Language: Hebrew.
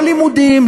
לא לימודים,